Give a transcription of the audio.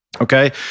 okay